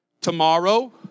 tomorrow